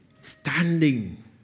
standing